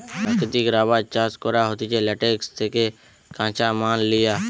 প্রাকৃতিক রাবার চাষ করা হতিছে ল্যাটেক্স থেকে কাঁচামাল লিয়া